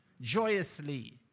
joyously